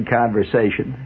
conversation